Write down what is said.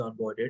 onboarded